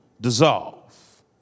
dissolve